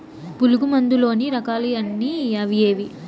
పులుగు మందు లోని రకాల ఎన్ని అవి ఏవి?